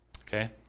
Okay